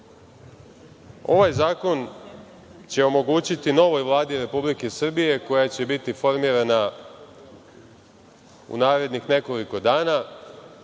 Ovaj zakon će omogućiti novoj Vladi Republike Srbije, koja će biti formirana u narednih nekoliko dana,